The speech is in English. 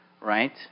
Right